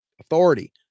Authority